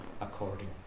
according